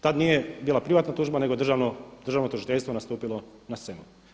Tada nije bila privatna tužba nego je Državno tužiteljstvo nastupilo na scenu.